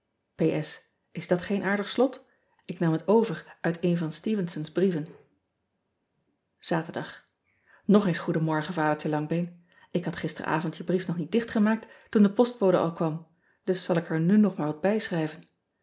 s dat geen aardig slot k nam hot over uit een van tevenson s brieven aterdag ogeens goeden morgen adertje angbeen k had gisteravond je brief nog niet dichtgemaakt toen de postbode al kwam dus zal ik er nu nog maar wat